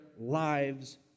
lives